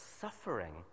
suffering